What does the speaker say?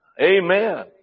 Amen